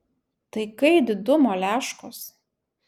tai kai didumo leškos